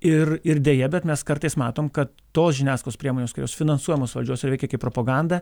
ir ir deja bet mes kartais matom kad tos žiniasklaidos priemonės kurios finansuojamos valdžios ir veikia kaip propaganda